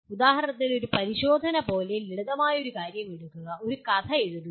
ഉദാഹരണത്തിന് ഒരു പരിശോധന പോലെ ലളിതമായ ഒരു കാര്യം എടുക്കുക ഒരു കഥ എഴുതുക